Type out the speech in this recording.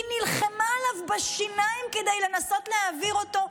היא נלחמה עליו בשיניים כדי לנסות להעביר אותו,